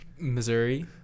Missouri